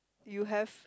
you have